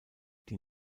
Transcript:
die